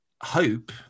hope